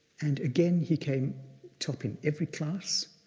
and again he came top in every class,